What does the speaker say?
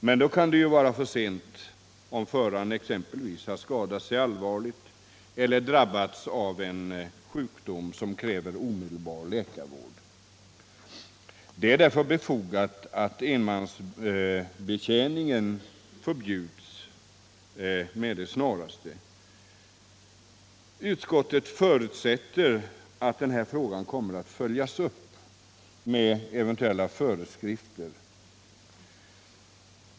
Men då kan det vara för sent, om föraren t.ex. skadat sig allvarligt eller drabbats av sjukdom som kräver omedelbar läkarvård. Det är därför befogat att enmansbetjäningen förbjuds med det snaraste. Utskottet förutsätter att denna fråga kommer att följas upp med eventuella föreskrifter.